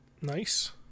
Nice